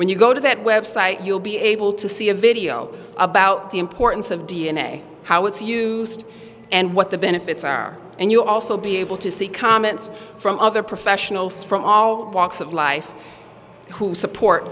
when you go to that website you'll be able to see a video about the importance of d n a how it's used and what the benefits are and you also be able to see comments from other professionals from all walks of life who support